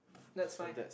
that's fine